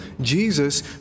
Jesus